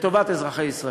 לטובת אזרחי ישראל.